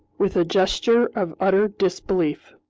with a gesture of utter disbelief.